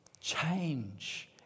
change